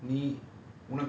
உண்மையா இரு:unmaiyaa iru